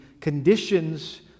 conditions